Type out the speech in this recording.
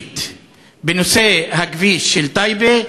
קריטית בנושא הכביש של טייבה,